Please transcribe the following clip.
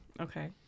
okay